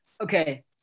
Okay